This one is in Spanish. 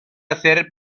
hacer